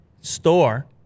store